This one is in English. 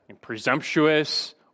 presumptuous